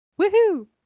Woohoo